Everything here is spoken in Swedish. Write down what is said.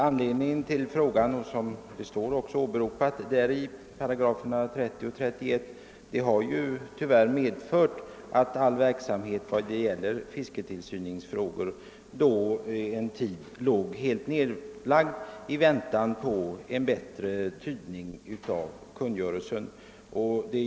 Anledningen till min fråga var att ändringarna i fiskeristadgan har lett till att verksamheten beträffande tillsynsfrågor en tid helt legat nere i avvaktan på en uttydning av innebörden i 30 och 31 §§ fiskeristadgan.